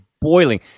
boiling